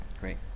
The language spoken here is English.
great